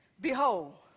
Behold